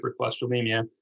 hypercholesterolemia